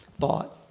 thought